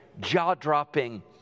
jaw-dropping